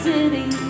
City